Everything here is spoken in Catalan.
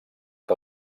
que